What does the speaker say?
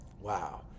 Wow